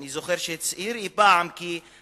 אני זוכר שהוא הצהיר פעם כי הדרוזים